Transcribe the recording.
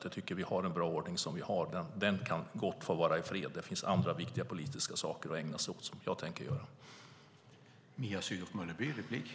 Jag tycker att vi har en bra ordning, och den kan gott få vara i fred. Det finns andra viktiga politiska saker att ägna sig åt, och det tänker jag göra.